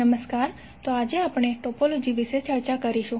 નમસ્કાર તો આજે આપણે ટોપોલોજી વિશે ચર્ચા કરીશું